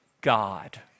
God